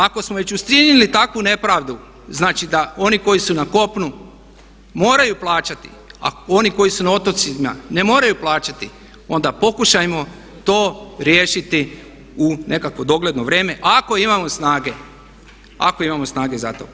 Ako smo već učinili takvu nepravdu, znači da oni koji su na kopnu moraju plaćati, a oni koji su na otocima ne moraju plaćati, onda pokušajmo to riješiti u nekakvo dogledno vrijeme ako imamo snage, ako imamo snage za to.